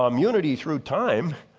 um unity through time,